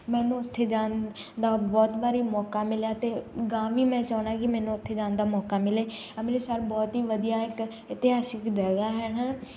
ਮੈਨੂੰ ਉੱਥੇ ਜਾਣ ਦਾ ਬਹੁਤ ਵਾਰ ਮੌਕਾ ਮਿਲਿਆ ਅਤੇ ਅਗਾਂਹ ਵੀ ਮੈਂ ਚਾਹੁੰਦਾ ਕਿ ਮੈਨੂੰ ਉੱਥੇ ਜਾਣ ਦਾ ਮੌਕਾ ਮਿਲੇ ਅੰਮ੍ਰਿਤਸਰ ਬਹੁਤ ਹੀ ਵਧੀਆ ਇੱਕ ਇਤਿਹਾਸਿਕ ਜਗ੍ਹਾ ਹੈ ਨਾ